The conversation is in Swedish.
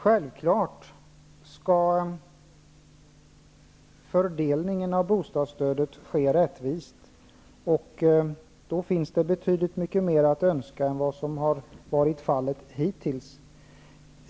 Självfallet skall fördelningen av bostadsstödet ske rättvist. Det finns betydligt mer att önska än vad som har varit fallet hittills.